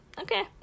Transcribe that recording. okay